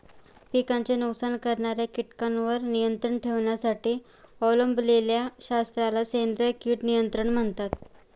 पिकांचे नुकसान करणाऱ्या कीटकांवर नियंत्रण ठेवण्यासाठी अवलंबिलेल्या शास्त्राला सेंद्रिय कीड नियंत्रण म्हणतात